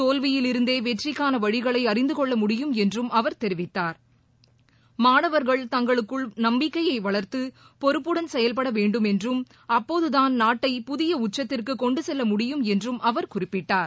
தோல்வியிலிருந்தே வெற்றிக்கான வழிகளை அறிந்து கொள்ள முடியும் என்றும் அவர் தெரிவித்தார் மாணவர்கள் தங்களுக்குள் நம்பிக்கையை வளர்த்து பொறுப்புடன் செயல்பட வேண்டும் என்றும் அப்போதுதான் நாட்டை புதிய உச்சத்திற்கு கொண்டு செல்ல முடியும் என்றும் அவர் குறிப்பிட்டார்